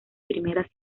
primeras